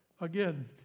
again